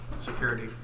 security